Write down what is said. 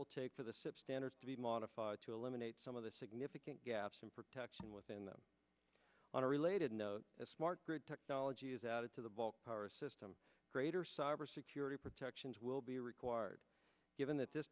will take for the sip standards to be modified to eliminate some of the significant gaps in protection within them on a related note as smart grid technology is added to the bulk power system greater cybersecurity protections will be required given that this